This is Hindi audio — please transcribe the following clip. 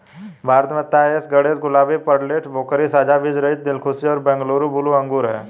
भारत में तास ए गणेश, गुलाबी, पेर्लेट, भोकरी, साझा बीजरहित, दिलखुश और बैंगलोर ब्लू अंगूर हैं